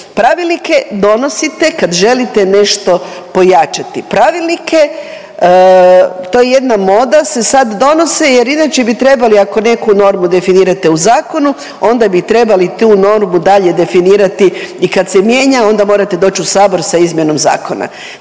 Pravilnike donosite kad želite nešto pojačati. Pravilnike, to je jedna moda se sad donose, jer inače bi trebali ako neku normu definirate u zakonu, onda bi trebali tu normu dalje definirati i kad se mijenja, onda morate doći u Sabor sa izmjenom zakona.